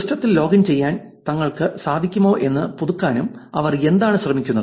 സിസ്റ്റത്തിൽ ലോഗിൻ ചെയ്യാൻ തങ്ങൾക്ക് സാധിക്കുമോ എന്ന് പുതുക്കാനും അവർ എന്താണ് ശ്രമിക്കുന്നത്